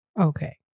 Okay